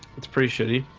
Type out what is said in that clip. it's pretty shitty